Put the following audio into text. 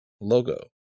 logo